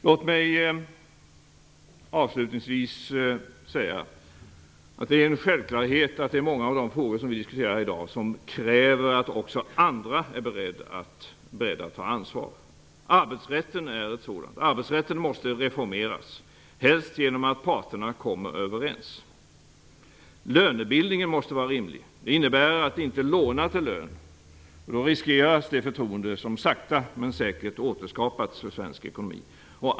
Låt mig avslutningsvis säga att det är en självklarhet att många av de frågor vi diskuterar i dag kräver att också andra är beredda att ta ansvar. Arbetsrätten är en sådan fråga. Arbetsrätten måste reformeras, helst genom att parterna kommer överens. Lönebildningen måste vara rimlig. Det innebär att vi inte lånar till lön, för då riskeras det förtroende som sakta men säkert återskapats för svensk ekonomi.